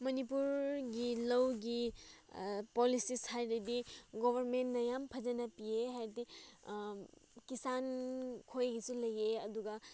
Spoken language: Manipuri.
ꯃꯅꯤꯄꯨꯔꯒꯤ ꯂꯧꯒꯤ ꯄꯣꯂꯤꯁꯤꯁ ꯍꯥꯏꯔꯗꯤ ꯒꯣꯕꯔꯃꯦꯟꯅ ꯌꯥꯝ ꯐꯖꯅ ꯄꯤꯌꯦ ꯍꯥꯏꯕꯗꯤ ꯀꯤꯁꯥꯟꯈꯣꯏꯒꯤꯁꯨ ꯂꯩꯌꯦ ꯑꯗꯨꯒ